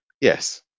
Yes